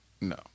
No